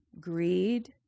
greed